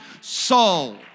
soul